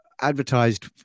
advertised